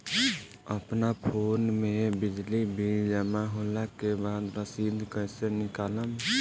अपना फोन मे बिजली बिल जमा होला के बाद रसीद कैसे निकालम?